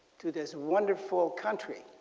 to this wonderful country.